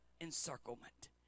encirclement